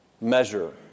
measure